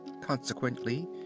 consequently